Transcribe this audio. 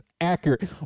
accurate